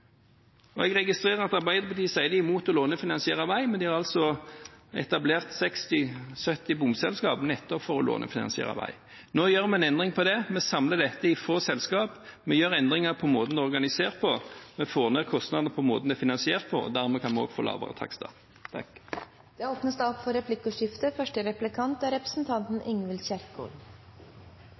Og jeg registrerer at Arbeiderpartiet sier de er imot å lånefinansiere vei, men de har altså etablert 60–70 bomselskaper, nettopp for å lånefinansiere vei. Nå gjør vi en endring på det. Vi samler dette i få selskaper, vi gjør endringer i måten det er organisert på, vi får ned kostnadene ved måten det er finansiert på, og dermed kan vi også få lavere takster. Det blir replikkordskifte.